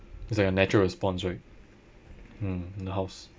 it's like a natural response right mm in the house